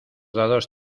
dados